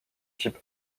type